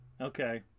Okay